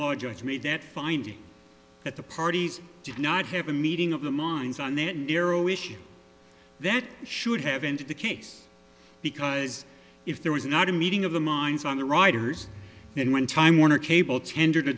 law judge me that finding that the parties did not have a meeting of the minds on that narrow issue that should have ended the case because if there was not a meeting of the minds on the riders then when time warner cable tendered a